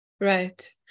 right